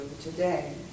today